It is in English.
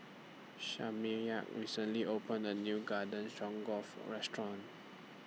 Shamiya recently opened A New Garden Stroganoff Restaurant